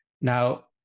Now